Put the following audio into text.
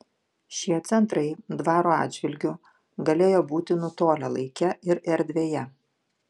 šie centrai dvaro atžvilgiu galėjo būti nutolę laike ir erdvėje